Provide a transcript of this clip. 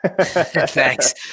Thanks